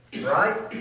Right